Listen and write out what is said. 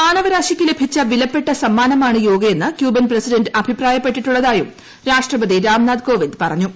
മാനവരാശിക്ക് ലഭിച്ച വിലപ്പെട്ട സമ്മാനമാണ് യോഗയെന്ന് ക്യൂബൻ പ്രസിഡന്റ് അഭിപ്രായപ്പെട്ടി ട്ടുള്ളതായും രാഷ്ട്രപതി രാംനാഥ് കോവിന്ദ് പറഞ്ഞു